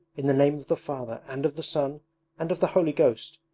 in the name of the father and of the son and of the holy ghost.